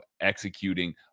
executing